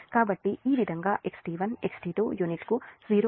కాబట్టి ఈ విధంగా XT1 XT2 యూనిట్కు 0